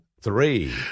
Three